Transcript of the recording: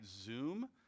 Zoom